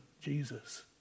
jesus